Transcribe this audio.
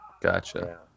Gotcha